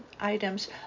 items